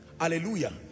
Hallelujah